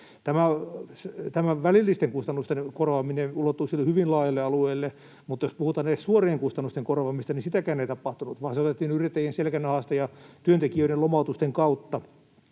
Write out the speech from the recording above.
Tämän välillisten kustannusten korvaaminen ulottuisi hyvin laajalle alueelle, mutta jos puhutaan edes suorien kustannusten korvaamisesta, niin sitäkään ei tapahtunut, vaan se otettiin yrittäjien selkänahasta tai tehtiin työntekijöiden lomautusten kautta.